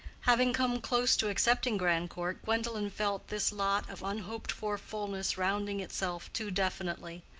having come close to accepting grandcourt, gwendolen felt this lot of unhoped-for fullness rounding itself too definitely.